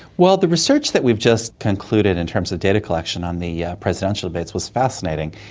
well, the research that we've just concluded in terms of data collection on the presidential debates was fascinating,